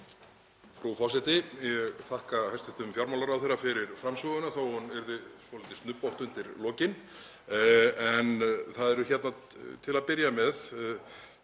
Frú forseti. Ég þakka hæstv. fjármálaráðherra fyrir framsöguna þó að hún yrði svolítið snubbótt undir lokin. Það eru hérna til að byrja með